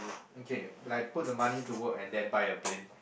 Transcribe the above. okay like put the money to work and then buy a plane